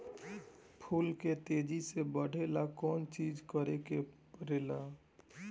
फूल के तेजी से बढ़े ला कौन चिज करे के परेला?